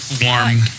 warm